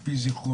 על פי זיכרוני,